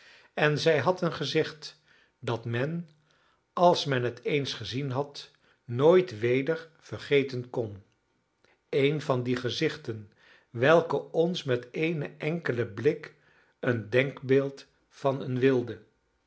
en zij had een gezicht dat men als men het eens gezien had nooit weder vergeten kon een van die gezichten welke ons met eenen enkelen blik een denkbeeld van een wilde